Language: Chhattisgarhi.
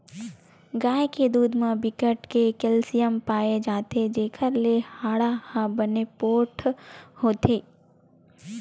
गाय के दूद म बिकट के केल्सियम पाए जाथे जेखर ले हाड़ा ह बने पोठ होथे